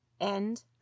End